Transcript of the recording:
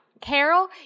Carol